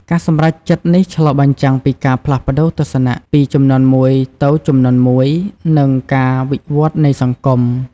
ការសម្រេចចិត្តនេះឆ្លុះបញ្ចាំងពីការផ្លាស់ប្តូរទស្សនៈពីជំនាន់មួយទៅជំនាន់មួយ និងការវិវឌ្ឍន៍នៃសង្គម។